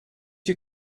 you